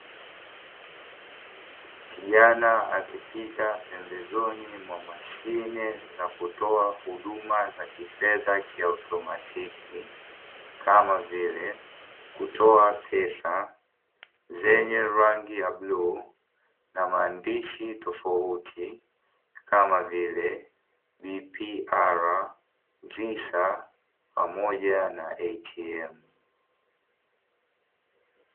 Kijana, akipita pembezoni mwa mashine ya kutoa huduma za kifedha kiautomatiki kama vile kutoa pesa zenye rangi ya bluu na maandishi tofauti kama vile bipi kara, visa pamoja na “ATM”.